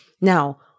Now